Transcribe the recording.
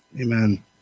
Amen